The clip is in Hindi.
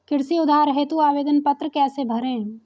कृषि उधार हेतु आवेदन पत्र कैसे भरें?